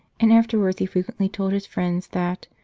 and afterwards he frequently told his friends that,